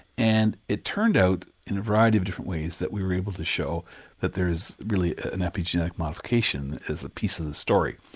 and it turned out in a variety of different ways that we were able to show that there is really an epigenetic modification is the piece in the story.